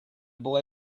boy